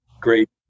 great